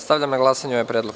Stavljam na glasanje ovaj predlog.